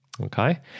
okay